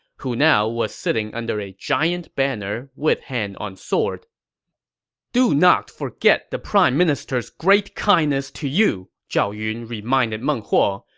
who now was sitting under a giant banner with hand on sword do not forget the prime minister's great kindness to you! zhao yun reminded meng huo,